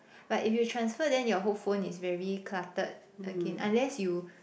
but if you transfer then your whole phone is very clutted again unless you